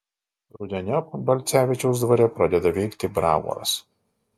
rudeniop balcevičiaus dvare pradeda veikti bravoras